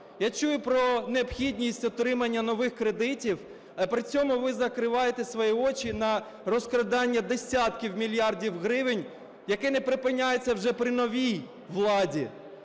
Я чую про необхідність отримання нових кредитів, при цьому ви закриваєте свої очі на розкрадання десятків мільярдів гривень, яке не припиняється вже при новій владі.